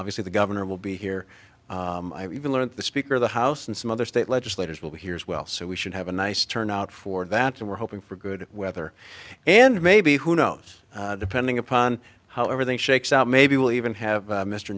obviously the governor will be here even learnt the speaker of the house and some other state legislators will be here as well so we should have a nice turnout for that and we're hoping for good weather and maybe who knows depending upon how everything shakes out maybe we'll even have mr